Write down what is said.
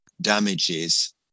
damages